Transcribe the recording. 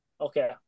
Okay